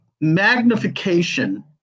magnification